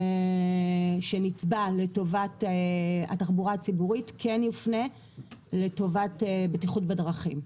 שנצבע לטובת התחבורה הציבורית כן יופנה לטובת בטיחות בדרכים.